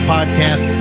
Podcast